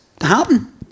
happen